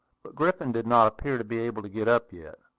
but griffin did not appear to be able to get up yet.